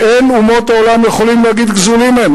אין אומות העולם יכולים להגיד: גזולים הם.